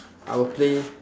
I will play